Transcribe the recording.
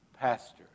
pastor